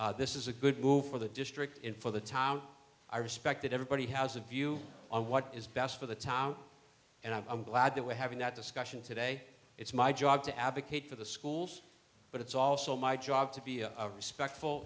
this is a good move for the district in for the town i respect that everybody has a view of what is best for the town and i'm glad that we're having that discussion today it's my job to advocate for the schools but it's also my job to be a respectful